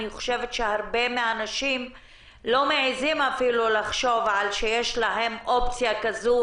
אני חושבת שהרבה מהנשים לא מעזות אפילו לחשוב שיש להן אופציה כזו,